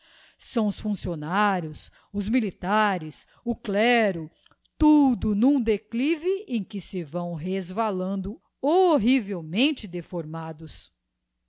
são os funccionarios os militares o clero tudo n um declive em que se vão resvalando horrivelmente deformados